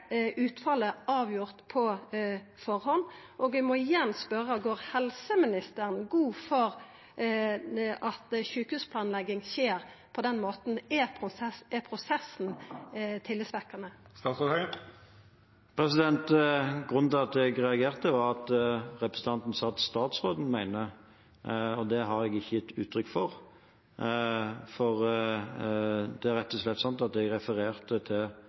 utfallet avgjort på førehand? Og eg må igjen spørja: Går helseministeren god for at ei sjukehusplanlegging skjer på den måten? Er prosessen tillitvekkjande? Grunnen til at jeg reagerte, var at representanten sa at «statsråden meiner» – og det har jeg ikke gitt uttrykk for. Jeg refererte rett og slett til det som Helse Nord har opplyst oss om, og jeg er